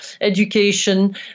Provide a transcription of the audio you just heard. education